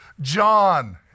John